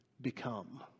become